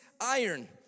iron